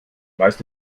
weißt